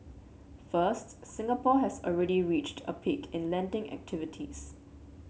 first Singapore has already reached a peak in lending activities